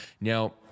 Now